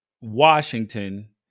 Washington –